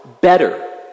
better